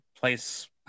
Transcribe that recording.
place